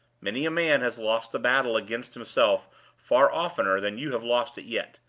many a man has lost the battle against himself far oftener than you have lost it yet,